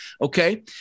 okay